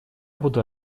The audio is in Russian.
буду